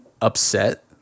upset